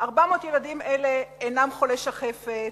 400 ילדים אלה אינם חולי שחפת,